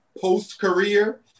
post-career